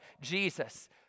Jesus